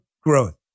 growth